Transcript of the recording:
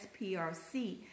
SPRC